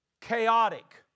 chaotic